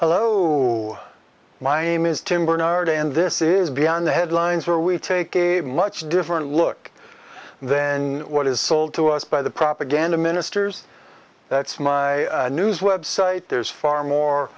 hello my name is tim bernard and this is beyond the headlines where we take a much different look then what is sold to us by the propaganda ministers that's my news website there's far more